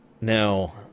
Now